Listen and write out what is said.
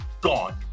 gone